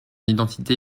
identité